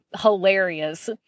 hilarious